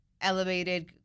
elevated